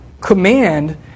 command